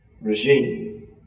regime